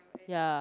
ya